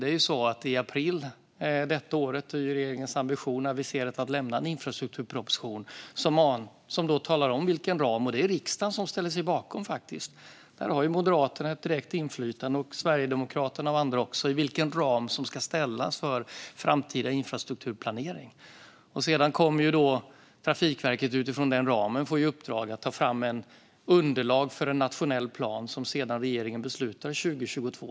Regeringen har aviserat ambitionen att i april detta år lämna en infrastrukturproposition som talar om vilken ram som finns. Det är riksdagen som ställer sig bakom detta. Där har Moderaterna, liksom Sverigedemokraterna och andra, ett direkt inflytande när det gäller vilken ram som ska sättas för framtida infrastrukturplanering. Trafikverket kommer utifrån den ramen att få i uppdrag att ta fram underlag för en nationell plan som regeringen sedan beslutar om 2022.